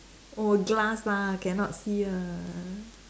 oh glass lah cannot see ah